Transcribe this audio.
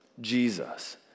Jesus